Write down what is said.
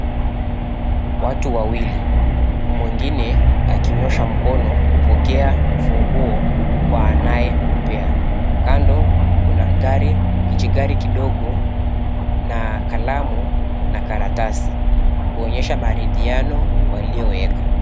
Watu wawili mwingine akinyosha mkono kupokea ufunguo kwa anayempea. Kando kuna kijigari kidogo na kalamu na karatasi kuonyesha maridhiano waliyoweka.